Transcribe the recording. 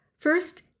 First